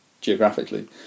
geographically